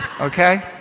Okay